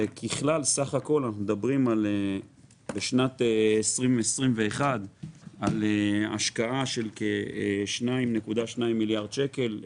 אנחנו מדברים על השקעה בשנת 2021 של כ-2.2 מיליארד שקל,